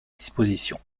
disposition